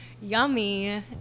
yummy